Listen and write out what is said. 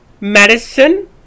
medicine